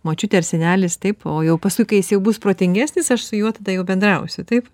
močiutė ar senelis taip o jau paskui kai jis jau bus protingesnis aš su juo tada jau bendrausiu taip